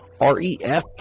R-E-F